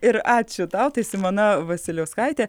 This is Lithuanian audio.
ir ačiū tau tai simona vasiliauskaitė